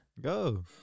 Go